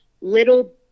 little